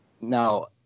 now